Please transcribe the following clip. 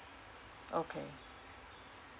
okay